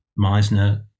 meisner